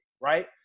right